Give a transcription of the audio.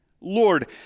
Lord